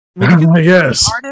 Yes